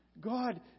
God